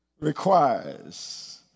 requires